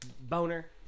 boner